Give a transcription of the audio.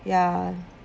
ya